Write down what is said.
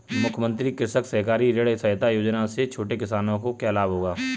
मुख्यमंत्री कृषक सहकारी ऋण सहायता योजना से छोटे किसानों को क्या लाभ होगा?